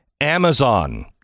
Amazon